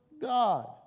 God